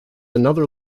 another